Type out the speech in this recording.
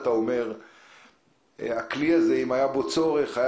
אתה אומר שאם היה צורך בכלי הזה,